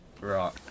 Right